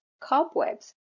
cobwebs